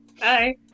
hi